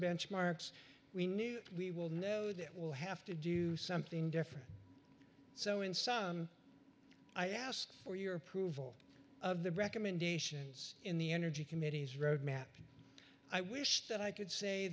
benchmarks we need we will know that will have to do something different so in sum i asked for your approval of the recommendations in the energy committee's road map and i wish that i could say